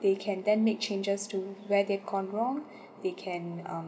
they can then make changes to where they gone wrong they can